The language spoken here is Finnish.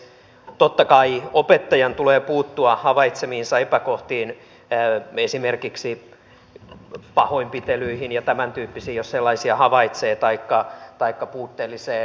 totta kai opettajan tulee puuttua havaitsemiinsa epäkohtiin esimerkiksi pahoinpitelyihin ja tämäntyyppisiin jos sellaisia havaitsee taikka paikka puutteellise